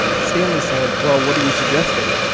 stanley said, well, what are you suggesting?